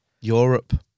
Europe